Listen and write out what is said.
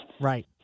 Right